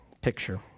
picture